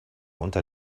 unter